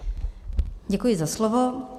Děkuji za slovo.